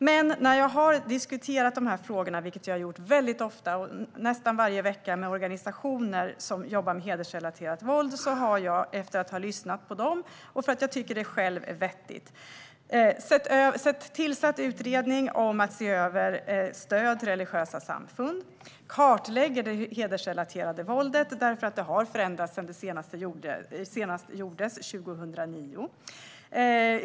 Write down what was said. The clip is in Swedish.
Men när jag har diskuterat de här frågorna - vilket jag har gjort väldigt ofta, nästan varje vecka - med organisationer som jobbar med hedersrelaterat våld, har jag, efter att ha lyssnat på dem och för att jag själv tycker att det är vettigt, tillsatt en utredning om att se över stöd till religiösa samfund och kartlagt det hedersrelaterade våldet, för det har förändrats sedan den senaste kartläggningen gjordes 2009.